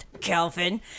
calvin